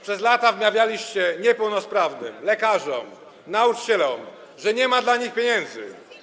Przez lata wmawialiście niepełnosprawnym, lekarzom, nauczycielom, że nie ma dla nich pieniędzy.